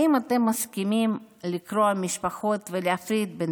האם אתם מסכימים לקרוע משפחות ולהפריד בין